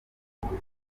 yagize